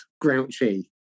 grouchy